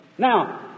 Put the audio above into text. Now